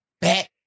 back